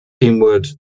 inward